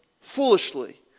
foolishly